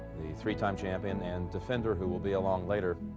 the three-time champion and defender who will be along later,